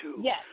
Yes